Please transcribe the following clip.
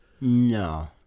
No